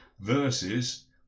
versus